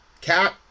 Cat